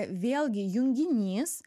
vėlgi junginys